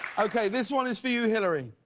okay, this one is for you, hillary.